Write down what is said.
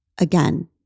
again